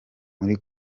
muri